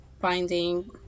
finding